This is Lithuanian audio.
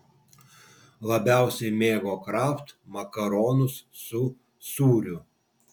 labiausiai mėgo kraft makaronus su sūriu